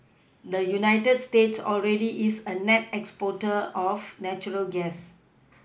the United States already is a net exporter of natural gas